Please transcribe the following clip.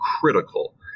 critical